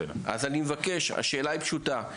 השאלה היא פשוטה.